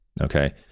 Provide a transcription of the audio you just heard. Okay